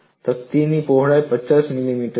અને તકતીની પહોળાઈ 50 મિલીમીટર છે